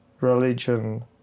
religion